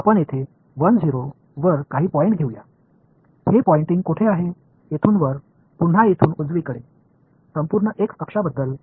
இப்பொழுது இங்கே 1 0 என்ற ஒரு புள்ளியை எடுத்துக்கொள்வோம் இது இங்கே மேல்நோக்கியும் மற்றும் இங்குள்ள வலது புறத்தையும் சுட்டிக்காட்டுகிறது